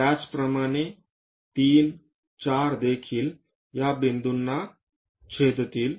त्याचप्रमाणे 3 4 देखील या बिंदूला छेदतील